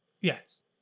yes